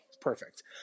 perfect